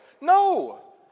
No